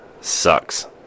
sucks